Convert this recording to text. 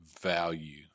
value